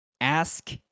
Ask